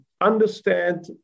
understand